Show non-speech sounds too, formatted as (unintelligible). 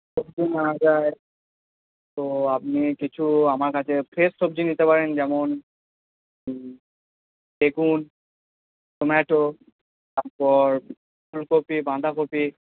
(unintelligible) তো আপনি কিছু তো আমার কাছে ফ্রেস সবজি নিতে পারেন যেমন বেগুন টম্যাটো তারপর ফুলকপি বাঁধাকপি